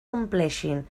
compleixin